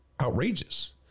outrageous